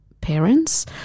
parents